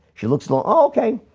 she looks long. okay,